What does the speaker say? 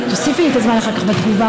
תוסיפי לי את הזמן אחר כך בתגובה,